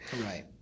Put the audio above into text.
Right